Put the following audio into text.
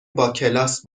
باکلاس